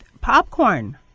popcorn